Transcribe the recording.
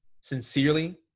sincerely